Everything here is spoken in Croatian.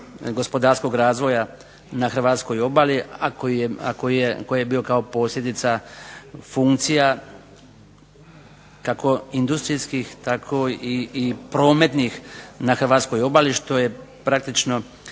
gospodarskog razvoja na Hrvatskoj obali a koji je bio kao posljedica funkcija kako industrijskih tako i prometnih na Hrvatskoj obali što je praktično